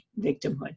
victimhood